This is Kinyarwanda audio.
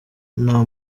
nta